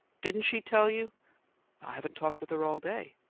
didn't she tell you i haven't talked with her all day.